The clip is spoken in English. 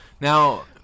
now